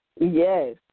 yes